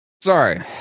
sorry